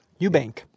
Eubank